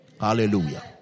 Hallelujah